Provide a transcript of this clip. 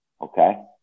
Okay